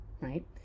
right